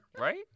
Right